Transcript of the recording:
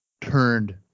turned